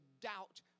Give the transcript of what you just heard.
doubt